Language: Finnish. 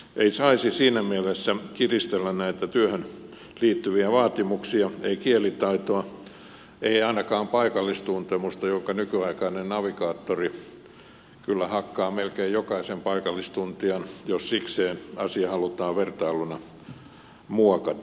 ei saisi siinä mielessä kiristellä näitä työhön liittyviä vaatimuksia ei kielitaitoa ei ainakaan paikallistuntemusta sillä nykyaikainen navigaattori kyllä hakkaa melkein jokaisen paikallistuntijan jos sikseen asia halutaan vertailuna muokata